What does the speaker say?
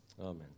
Amen